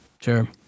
Sure